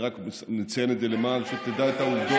אני רק מציין את זה למען תדע את העובדות.